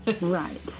Right